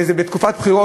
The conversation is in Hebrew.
וזה בתקופת בחירות,